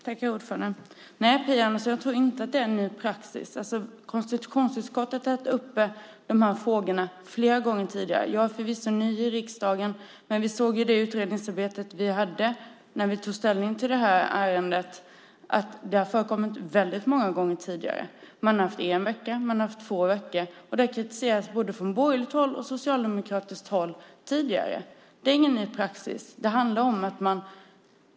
Herr talman! Nej, Phia Andersson, jag tror inte att det är en ny praxis. Konstitutionsutskottet har haft uppe dessa frågor flera gånger tidigare. Jag är förvisso ny i riksdagen, men vi såg i det utredningsarbete som vi hade när vi tog ställning till detta ärende att det har förekommit många gånger tidigare. Man har haft en vecka eller två veckor, och det har kritiserats både från borgerligt och socialdemokratiskt håll tidigare. Det är ingen ny praxis.